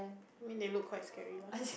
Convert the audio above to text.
I mean they look quite scary lah